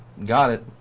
got it.